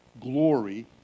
glory